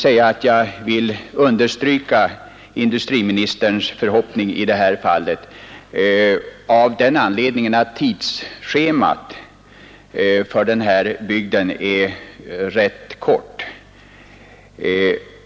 Jag vill understryka industriministerns förhoppning i detta fall av den anledningen att tidsschemat för denna bygd är rätt kort.